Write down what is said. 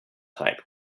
type